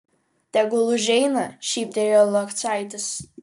tegul užeina šyptelėjo locaitis